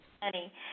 money